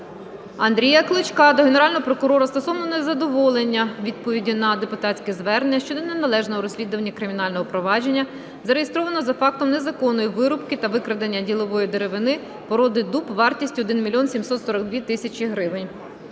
Андрія Клочка до Генерального прокурора стосовно незадоволення відповіддю на депутатське звернення щодо неналежного розслідування кримінального провадження, зареєстрованого за фактом незаконної вирубки та викрадення ділової деревини породи дуб, вартістю 1 мільйон 742 тисячі гривень.